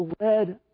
led